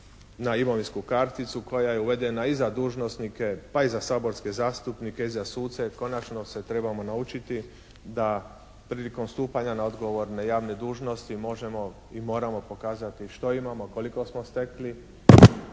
na imovinsku karticu koja je uvedena i za dužnosnike pa i za saborske zastupnike i za suce i konačno se trebamo naučiti da prilikom stupanja na odgovorne javne dužnosti možemo i moramo pokazati što imamo, koliko smo stekli